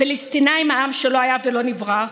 הפלסטינים, העם שלא היה ולא נברא,